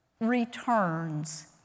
returns